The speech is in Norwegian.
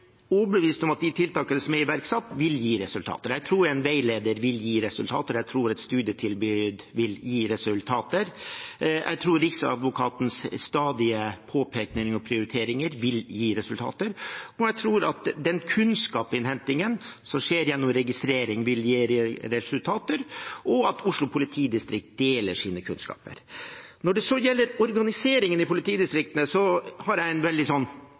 tror en veileder vil gi resultater, og jeg tror et studietilbud vil gi resultater. Jeg tror Riksadvokatens stadige påpekninger og prioriteringer vil gi resultater, og jeg tror at den kunnskapsinnhentingen som skjer gjennom registrering, vil gi resultater, og at Oslo politidistrikt deler sine kunnskaper. Når det så gjelder organiseringen i politidistriktene, har jeg en veldig